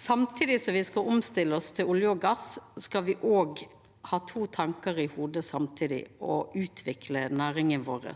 Samtidig som me skal omstilla oss frå olje og gass, skal me òg ha to tankar i hovudet samtidig og utvikla næringa vår.